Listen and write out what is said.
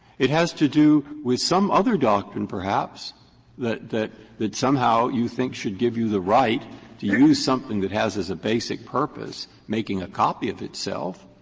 it has to do with some other doctrine perhaps that that that somehow you think should give you the right to use something that has as a basic purpose making a copy of itself.